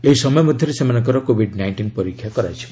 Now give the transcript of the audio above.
ଏହି ସମୟ ମଧ୍ୟରେ ସେମାନଙ୍କର କୋଭିଡ ନାଇଷ୍ଟିନ୍ ପରୀକ୍ଷା କରାଯିବ